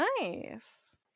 Nice